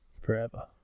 Forever